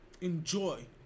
enjoy